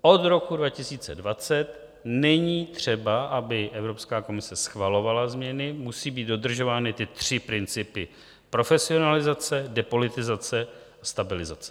Od roku 2020 není třeba, aby Evropská komise schvalovala změny, musí být dodržovány ty tři principy profesionalizace, depolitizace a stabilizace.